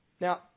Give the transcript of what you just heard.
Now